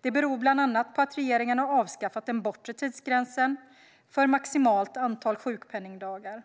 Det beror bland annat på att regeringen har avskaffat den bortre tidsgränsen för maximalt antal sjukpenningdagar.